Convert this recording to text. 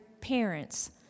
parents